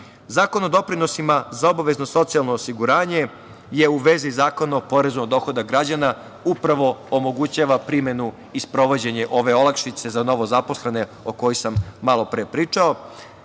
dana. Zakon o doprinosima za obavezno socijalno osiguranje je u vezi Zakona o porezu na dohodak građana, upravo omogućava primenu i sprovođenje ove olakšice za novozaposlene o kojoj sam malo pre pričao. Izmene